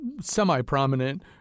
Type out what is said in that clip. semi-prominent